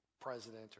president